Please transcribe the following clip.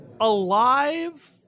alive